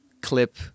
clip